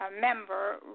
member